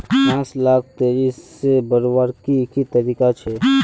घास लाक तेजी से बढ़वार की की तरीका छे?